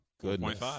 Goodness